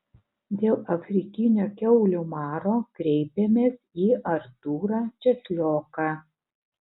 dėl afrikinio kiaulių maro kreipėmės į artūrą česlioką